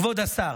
כבוד השר,